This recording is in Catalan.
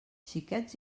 xiquets